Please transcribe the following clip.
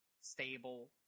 stable